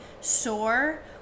sore